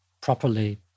properly